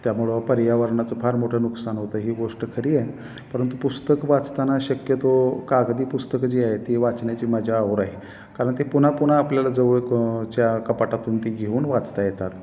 त्यामुळं पर्यावरणाचं फार मोठं नुकसान होतं ही गोष्ट खरी आहे परंतु पुस्तक वाचताना शक्यतो कागदी पुस्तकं जी आहे ती वाचण्याची माझ्या आवड आहे कारण ते पुन्हा पुन्हा आपल्याला जवळ क च्या कपाटातून ती घेऊन वाचता येतात